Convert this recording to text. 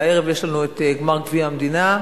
הערב יש לנו גמר גביע המדינה,